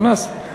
חלאס.